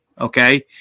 okay